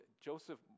Joseph